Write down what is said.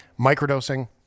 microdosing